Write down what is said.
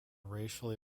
racially